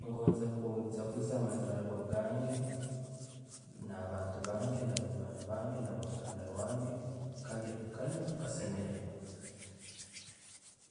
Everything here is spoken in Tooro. Ngonza kujaguuza amazallibwa gange na'abantu bange, nabanywani bange, no'boruganda rwange, tukalya, tukanywa, tukasemererwa.